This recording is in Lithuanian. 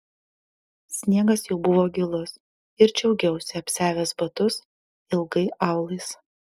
sniegas jau buvo gilus ir džiaugiausi apsiavęs batus ilgai aulais